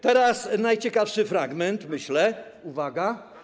Teraz najciekawszy fragment, myślę, uwaga.